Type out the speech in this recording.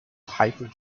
hybrid